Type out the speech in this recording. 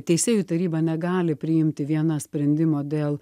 teisėjų taryba negali priimti viena sprendimo dėl